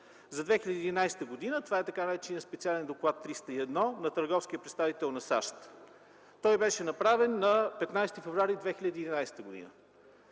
за 2011 г. Това е така нареченият Специален доклад 301 на търговския представител на САЩ. Той беше направен на 15 февруари 2011 г.